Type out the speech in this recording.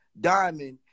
diamond